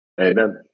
Amen